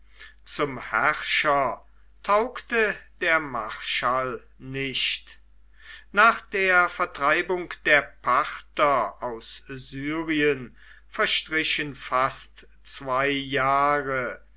zum herrscher taugte der marschall nicht nach der vertreibung der parther aus syrien verstrichen fast zwei jahre